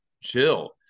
chill